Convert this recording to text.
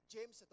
James